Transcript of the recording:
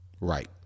right